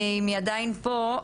אם היא עדיין פה,